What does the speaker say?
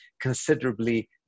considerably